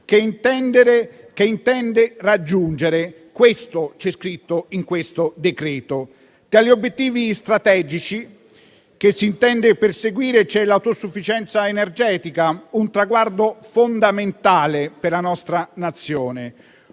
che intende raggiungere: questo è scritto nel decreto-legge in esame. Tra gli obiettivi strategici che si intende perseguire c'è l'autosufficienza energetica, un traguardo fondamentale per la nostra Nazione